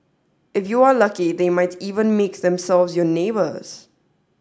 if you are lucky they might even make themselves your neighbours